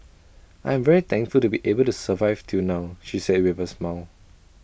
I am very thankful to be able to survive till now she said with A smile